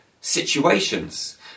situations